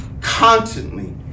constantly